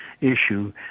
issue